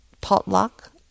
potluck